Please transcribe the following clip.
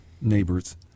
neighbors